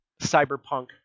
cyberpunk